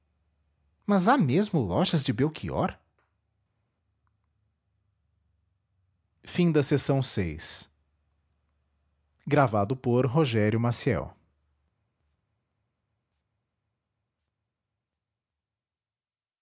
mas há mesmo lojas de belchior lágrimas de